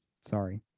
Sorry